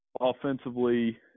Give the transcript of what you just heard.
offensively